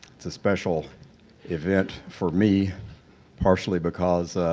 it's a special event for me partially, because